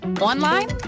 Online